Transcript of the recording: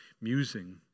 musing